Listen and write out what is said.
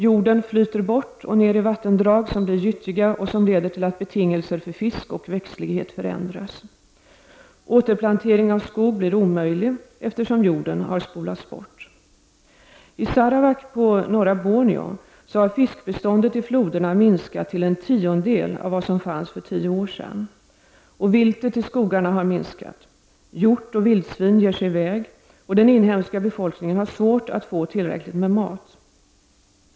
Jorden flyter bort och ner i vattendrag som blir gyttjiga, vilket leder till att betingelser för fisk och växtlighet förändras. Återplantering av skog blir omöjlig, eftersom jorden spolats bort. I Sarawak på norra Borneo har fiskbeståndet i floderna minskat till en tiondel av vad som fanns för tio år sedan. Viltet i skogarna har minskat, hjort och vildsvin ger sig i väg, och den inhemska befolkningen har svårt att få tillräckligt med mat.